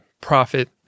profit